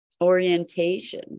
orientation